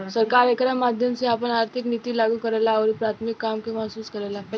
सरकार एकरा माध्यम से आपन आर्थिक निति लागू करेला अउरी प्राथमिक काम के महसूस करेला